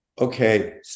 Okay